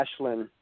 Ashlyn